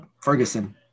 Ferguson